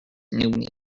new